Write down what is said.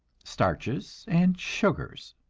starches and sugars.